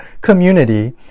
community